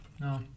No